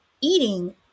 eating